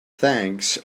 thanks